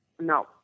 no